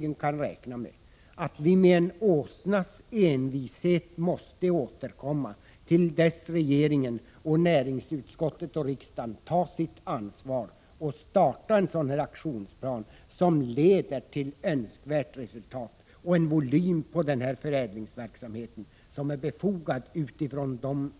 Man kan räkna med att vi med en åsnas envishet måste återkomma i denna fråga till dess regeringen, näringsutskottet och riksdagen tar sitt ansvar och upprättar en aktionsplan, som leder till önskvärda resultat, och volymen på förädlingsverksamheten måste bli den som är befogad av de tidigare angivna